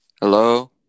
Hello